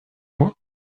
moi